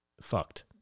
fucked